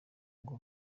ngo